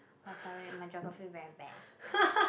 oh sorry my geography very bad